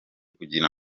kugira